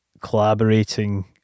collaborating